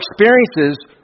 experiences